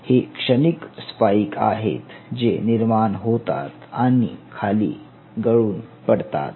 हे क्षणिक स्पाइक आहेत जे निर्माण होतात आणि खाली गळून पडतात